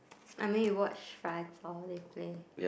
I mean you watch they play